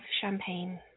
champagne